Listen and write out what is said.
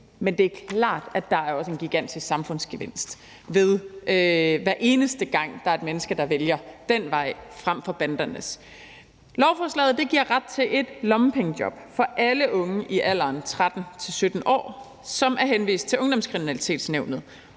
men det er også klart, at der er en gigantisk samfundsgevinst ved det, hver eneste gang der er et menneske, der vælger den vej frem for bandernes. Lovforslaget giver ret til et lommepengejob for alle unge i alderen 13-17 år, som er henvist til ungdomskriminalitetsnævnet,